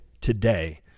today